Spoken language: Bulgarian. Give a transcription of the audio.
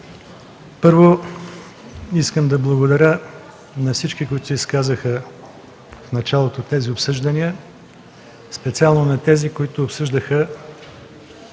Първо, искам да благодаря на всички, които се изказаха в началото на тези обсъждания, специално на тези, които обсъждаха